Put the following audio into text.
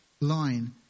line